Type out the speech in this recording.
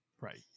Right